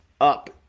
up